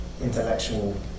intellectual